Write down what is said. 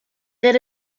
there